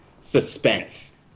suspense